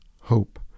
hope